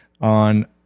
on